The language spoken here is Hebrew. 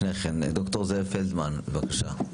ד"ר זאב פלדמן, בבקשה.